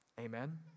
amen